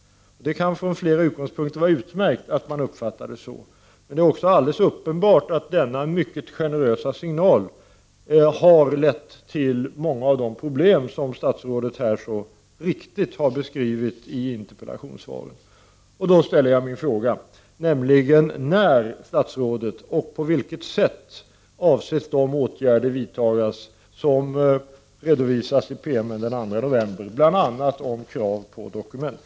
Det kan från flera utgångspunkter vara utmärkt att man uppfattar det så. Men det är också alldeles uppenbart att denna mycket generösa signal har lett till många av de problem som statsrådet här så riktigt har beskrivit i interpellationssvaret. Min fråga är: När och på vilket sätt avser statsrådet att de åtgärder skall vidtagas som redovisas i PM-en från den 2 november, bl.a. de som gäller krav på dokument?